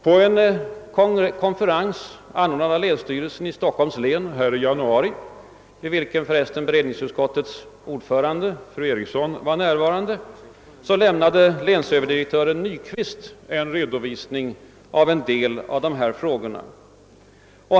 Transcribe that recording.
På en konferens, anordnad av länsstyrelsen i Stockholms län i januari — vid vilken för övrigt allmänna be redningsutskottets ordförande fru Eriksson var närvarande — lämnade länsöverdirektören Nyqvist en redovisning av en del av dessa frågor.